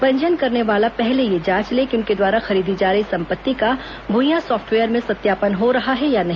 पंजीयन करने वाला पहले यह जांच लें कि उनके द्वारा खरीदी जा रही संपत्ति का भुईया सॉफ्टवेयर में सत्यापन हो रहा है या नहीं